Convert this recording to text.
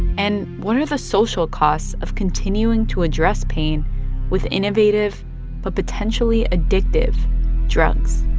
and what are the social costs of continuing to address pain with innovative but potentially addictive drugs?